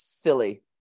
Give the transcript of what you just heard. silly